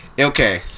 Okay